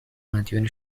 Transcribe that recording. مدیون